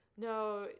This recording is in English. No